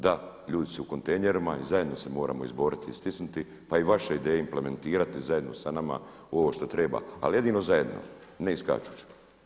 Da, ljudi su u kontejnerima i zajedno se moramo izboriti i stisnuti, pa i vaše ideje implementirati zajedno sa nama ovo što treba, ali jedino zajedno, ne iskačuć.